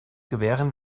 gewähren